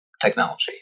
technology